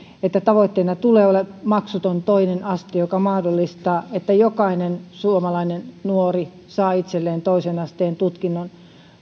että tavoitteena tulee maksuton toinen aste joka mahdollistaa että jokainen suomalainen nuori saa itselleen toisen asteen tutkinnon